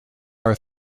are